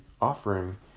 offering